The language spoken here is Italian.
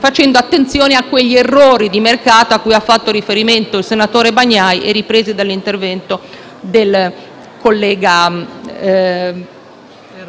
facendo attenzione a quegli errori di mercato a cui ha fatto riferimento il senatore Bagnai e ripresi dall'intervento del collega